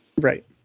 Right